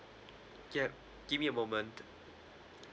yup give me a moment